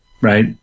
Right